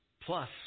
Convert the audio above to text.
plus